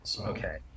Okay